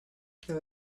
there